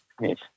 Yes